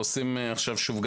ועושים עכשיו שוב,